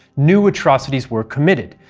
new atrocities were committed,